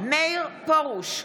מאיר פרוש,